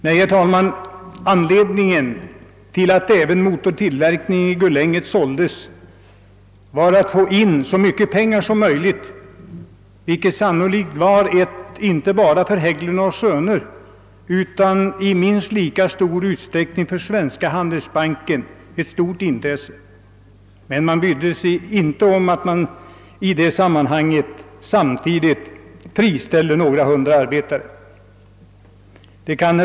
Nej, herr talman, anledningen till att även motortillverkningen i Gullänget såldes var önskemålet att få in så mycket pengar som möjligt, vilket sannolikt var ett intresse inte bara för Hägglund & Söner utan i minst lika stor utsträckning för Svenska handelsbanken, och då brydde man sig inte om att man i det sammanhanget friställde några hundra arbetare. Herr talman!